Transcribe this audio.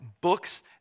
books